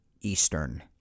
Eastern